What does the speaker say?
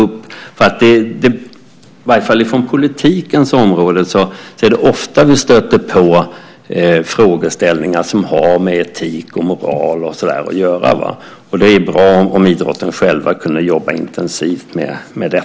På politikens område är det ofta som vi stöter på frågeställningar som har med etik och moral att göra. Det är bra om idrotten själv kunde jobba intensivt med det.